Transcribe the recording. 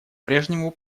прежнему